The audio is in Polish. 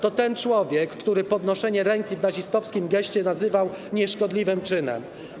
To ten człowiek, który podnoszenie ręki w nazistowskim geście nazywał nieszkodliwym czynem.